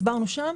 הסברנו שם.